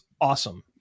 awesome